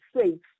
safe